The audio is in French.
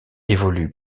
évolue